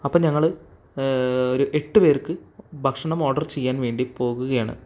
അപ്പോൾ ഞങ്ങൾ ഒരു എട്ട് പേർക്ക് ഭക്ഷണം ഓഡർ ചെയ്യാൻ വേണ്ടി പോകുകയാണ്